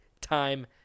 time